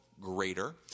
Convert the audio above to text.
greater